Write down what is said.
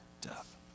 death